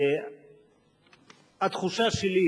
התחושה שלי,